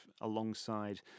alongside